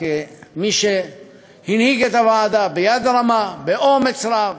מי שהנהיג את הוועדה ביד רמה, באומץ רב,